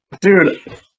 dude